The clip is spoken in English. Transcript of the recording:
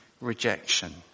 rejection